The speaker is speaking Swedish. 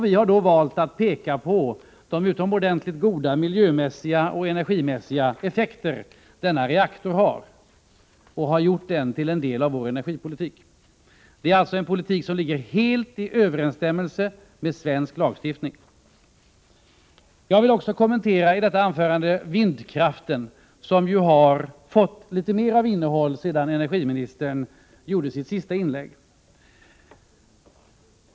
Vi har då valt att peka på de utomordentligt goda miljömässiga och energimässiga effekter som denna reaktor har. Vi har gjort den till en del av vår energipolitik, en politik helt i överensstämmelse med svensk lagstiftning. Jag vill i detta anförande även kommentera vindkraften, som har fått litet mera innehåll efter energiministerns senaste inlägg.